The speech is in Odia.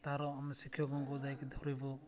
ତାର ଆମେ ଶିକ୍ଷକଙ୍କୁ ଯାଇକି ଧରିବୁ